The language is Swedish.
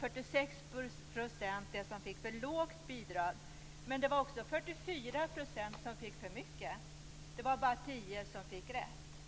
46 % för låga bidrag. Men det var också 44 % som fick för mycket. Det var bara 10 % som fick rätt.